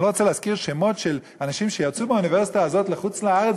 אני לא רוצה להזכיר שמות של אנשים שיצאו מהאוניברסיטה הזאת לחוץ-לארץ